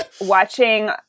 watching